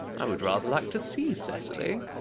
i would rather like to see cecily.